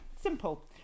simple